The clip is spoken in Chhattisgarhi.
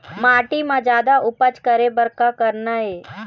माटी म जादा उपज करे बर का करना ये?